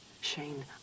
Shane